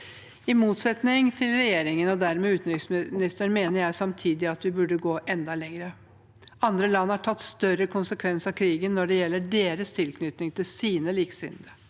I motsetning til regjeringen, og dermed utenriksministeren, mener jeg samtidig at vi burde gå enda lenger. Andre land har tatt større konsekvenser av krigen når det gjelder sin tilknytning til sine likesinnede.